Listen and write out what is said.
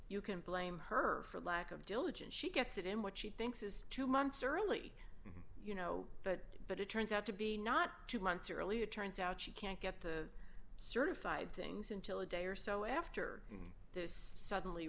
you can blame her for lack of diligence she gets it in what she thinks is two months early you know but but it turns out to be not two months early it turns out she can't get the certified things until a day or so after this suddenly